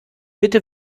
bitte